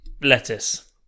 Lettuce